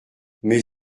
mais